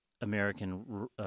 American –